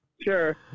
sure